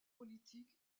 politique